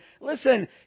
Listen